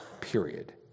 Period